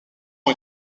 ont